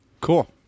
Cool